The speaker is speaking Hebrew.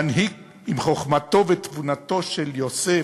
מנהיג עם חוכמתו ותבונתו של יוסף,